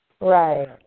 Right